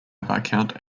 viscount